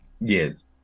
Yes